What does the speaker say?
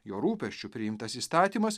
jo rūpesčiu priimtas įstatymas